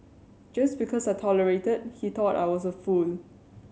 just because I tolerated that he thought I was a fool